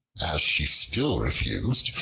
as she still refused,